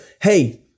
hey